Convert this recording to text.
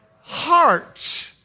heart